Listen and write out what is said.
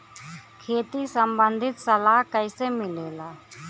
खेती संबंधित सलाह कैसे मिलेला?